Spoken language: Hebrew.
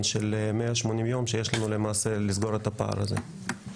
של 180 יום שיש לנו למעשה לסגור את הפער הזה.